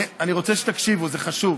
אני רוצה שתקשיבו, זה חשוב,